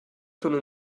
stunde